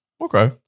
okay